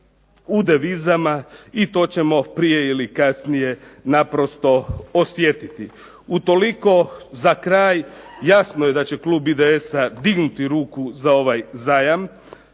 u devizama i to ćemo prije ili kasnije naprosto osjetiti. Utoliko za kraj jasno je da će klub IDS-a dignuti ruku za ovaj zajam,